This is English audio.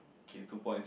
K two points